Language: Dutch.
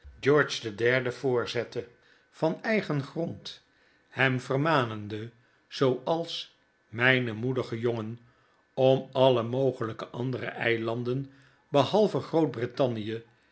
george dp derde voorzette van eigen grond hem vermanende zooals myn moedige jongen om alle mogelyke andere eilanden behalve